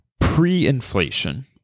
pre-inflation